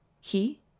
He